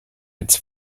its